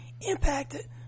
impacted